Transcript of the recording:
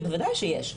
בוודאי שיש.